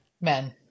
men